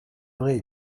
vrai